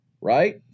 right